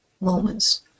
moments